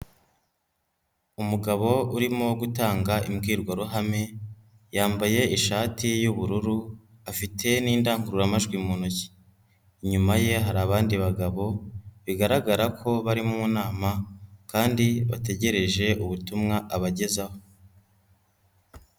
Umugabo urimo gutanga imbwirwaruhame, yambaye ishati ye y'ubururu afite n'indangururamajwi mu ntoki. Inyuma ye hari abandi bagabo bigaragara ko bari mu nama, kandi bategereje ubutumwa abagezaho.